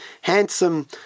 handsome